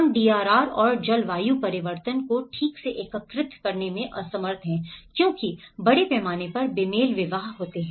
हम DRR और जलवायु परिवर्तन अनुकूलन को ठीक से एकीकृत करने में असमर्थ हैं क्योंकि बड़े पैमाने पर बेमेल विवाह होते हैं